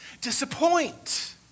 disappoint